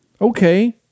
okay